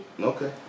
Okay